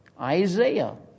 Isaiah